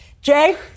Jay